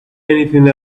anything